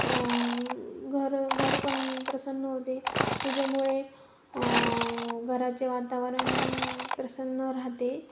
घर घर पण प्रसन्न होते पूजेमुळे घराचे वातावरण प्रसन्न राहते